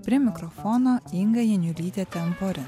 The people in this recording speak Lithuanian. prie mikrofono inga janiulytė temporin